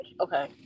Okay